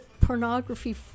pornography